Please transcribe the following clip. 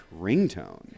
ringtone